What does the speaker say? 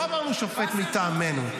לא אמרנו שופט מטעמנו.